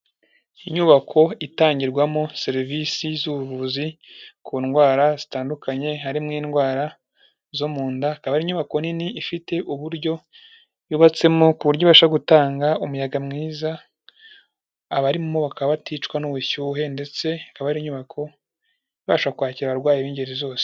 Inyubako itangirwamo serivisi z'ubuvuzi ku ndwara zitandukanye harimo indwara zo mu nda akaba inyubako nini ifite uburyo yubatsemo ku buryo ibasha gutanga umuyaga mwiza abarimu baka baticwa n'ubushyuhe ndetseba ari inyubako ibasha kwakira abarwayi b'ingeri zose.